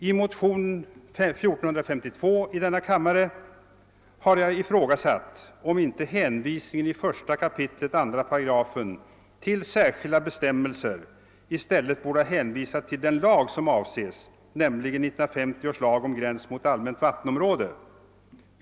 I motionen 1452 i denna kammare har jag ifrågasatt, om inte hänvisningen i 1 kap. 2 8 till särskilda bestämmelser i stället borde ha gällt den lag som avses, nämligen 1950 års lag om gräns mot allmänt vattenområde.